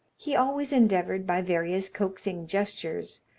he always endeavoured, by various coaxing gestures,